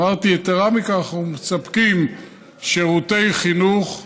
אמרתי, יתרה מכך, אנחנו מספקים שירותי חינוך,